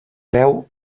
creu